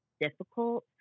difficult